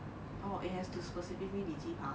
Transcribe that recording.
oh it has to specifically be 鸡扒